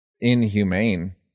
inhumane